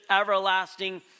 everlasting